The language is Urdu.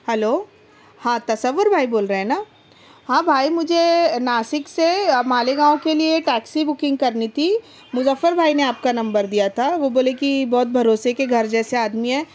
ہیلو ہاں تصور بھائی بول رہے ہیں نا ہاں بھائی مجھے ناسک سے مالیگاؤں کے لیے ٹیکسی بکنگ کرنی تھی مظفر بھائی نے آپ کا نمبر دیا تھا وہ بولے کہ بہت بھروسے کے گھر جیسے آدمی ہیں